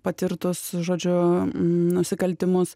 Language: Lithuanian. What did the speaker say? patirtus žodžiu nusikaltimus